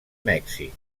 mèxic